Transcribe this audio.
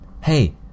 Hey